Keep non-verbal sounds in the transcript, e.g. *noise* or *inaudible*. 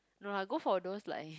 no lah go for those like *breath*